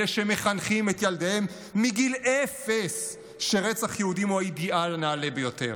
אלה שמחנכים את ילדיהם מגיל אפס שרצח יהודים הוא האידיאל הנעלה ביותר.